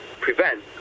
prevent